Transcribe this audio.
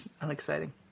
unexciting